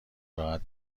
راحت